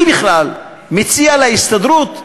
אני בכלל מציע להסתדרות,